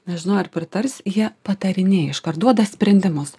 nežinau ar pritarsi jie patarinėja iškart duoda sprendimus